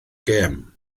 gem